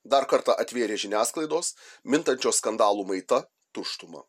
dar kartą atvėrė žiniasklaidos mintančios skandalų maita tuštumą